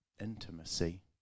intimacy